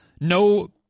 no